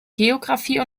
geografie